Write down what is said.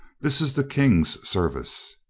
this is the king's service.